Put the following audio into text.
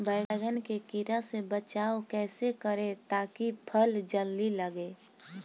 बैंगन के कीड़ा से बचाव कैसे करे ता की फल जल्दी लगे?